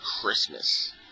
Christmas